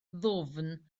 ddwfn